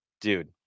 dude